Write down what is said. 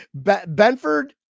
Benford